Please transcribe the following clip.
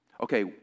Okay